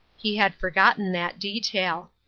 he had forgotten that detail.